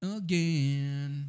again